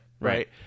Right